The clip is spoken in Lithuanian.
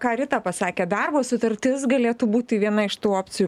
ką rita pasakė darbo sutartis galėtų būti viena iš tų opcijų